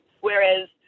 Whereas